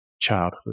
childhood